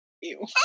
ew